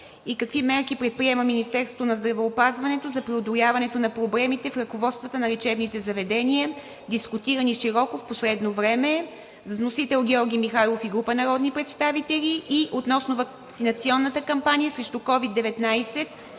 и какви мерки предприема Министерството на здравеопазването за преодоляването на проблемите в ръководствата на лечебните заведения, дискутирани широко в последно време, вносители – Георги Михайлов и група народни представители, и относно ваксинационната кампания срещу COVID-19